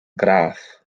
graff